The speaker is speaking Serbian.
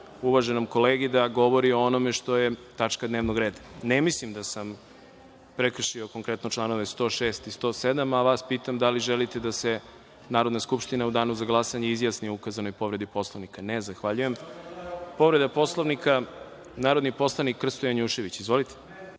uvaženom kolegi da govori o onome što je tačka dnevnog reda. Ne mislim da sam prekršio konkretne čl. 106. i 107.Vas pitam da li želite da se Narodna skupština u Danu za glasanje izjasni o ukazanoj povredi Poslovnika? (Ne)Zahvaljujem. Reč ima narodni poslanik Krsto Janjušević, povreda